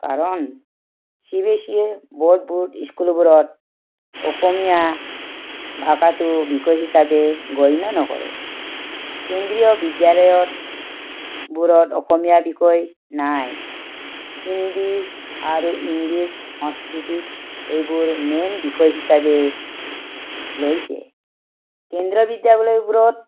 কাৰণ C B S C E বৰ্ডবোৰ স্কুলবোৰত অসমীয়া ভাষাটো বিষয় হিচাপে গণ্য নকৰে কেন্দ্ৰীয় বিদ্যালয়ত বোৰত অসমীয়া বিষয় নাই হিন্দি আৰু ইংলিছ সংস্কৃতি এইবোৰ মেইন বিষয় হিচাপে লৈছে কেন্দ্ৰীয় বিদ্যালয়বোৰত